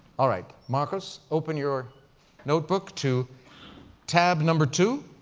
all right, marcus, open your notebook to tab number two.